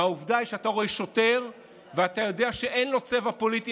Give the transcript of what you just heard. מהעובדה שאתה רואה שוטר ואתה יודע שאין לו צבע פוליטי,